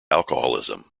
alcoholism